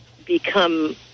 Become